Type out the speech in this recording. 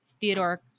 Theodore